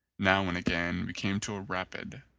now and again we came to a rapid,